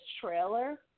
trailer